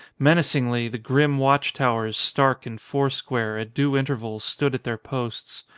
menacingly, the grim watch towers, stark and foursquare, at due intervals stood at their posts.